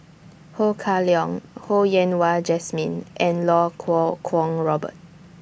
Ho Kah Leong Ho Yen Wah Jesmine and Lau Kuo Kwong Robert